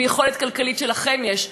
ביכולת הכלכלית שלכם יש,